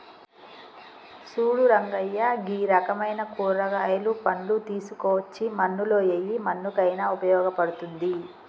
సూడు రంగయ్య గీ రకమైన కూరగాయలు, పండ్లు తీసుకోచ్చి మన్నులో ఎయ్యి మన్నుకయిన ఉపయోగ పడుతుంది